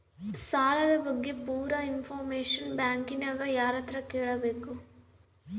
ಸಾಲದ ಬಗ್ಗೆ ಪೂರ ಇಂಫಾರ್ಮೇಷನ ಬ್ಯಾಂಕಿನ್ಯಾಗ ಯಾರತ್ರ ಕೇಳಬೇಕು?